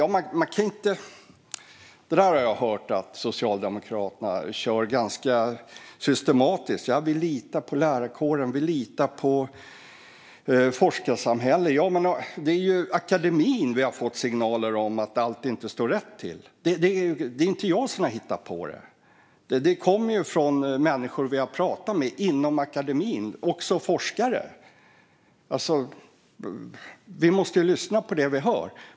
Jag har hört att Socialdemokraterna kör det där ganska systematiskt. Man säger: Vi litar på lärarkåren, och vi litar på forskarsamhället. Men det är ju från akademin vi har fått signaler om att allt inte står rätt till. Det är inte jag som har hittat på det. Det kommer från människor som vi har pratat med inom akademin, också forskare. Vi måste lyssna på det vi hör.